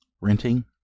Renting